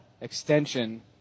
extension